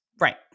Right